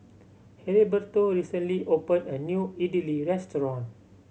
Heriberto recently opened a new Idili restaurant